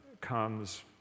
comes